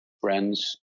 friends